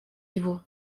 его